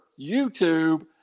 youtube